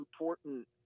important